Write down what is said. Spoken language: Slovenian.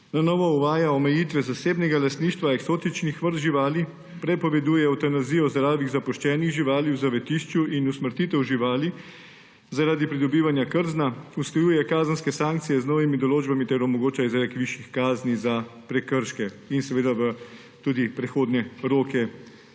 Na novo uvaja omejitve zasebnega lastništva eksotičnih vrst živali, prepoveduje evtanazijo zdravih zapuščenih živali v zavetišču in usmrtitev živali zaradi pridobivanja krzna, usklajuje kazenske sankcije z novimi določbami ter omogoča izrek višjih kazni za prekrške in določa prehodne roke